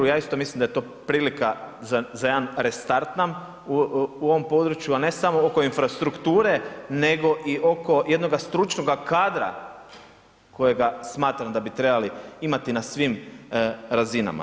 Ja isto mislim da je to prilika za jedan restart nam u ovom području, a ne smo oko infrastrukture nego i oko jednoga stručnoga kadra kojega smatram da bi trebali imati na svim razinama.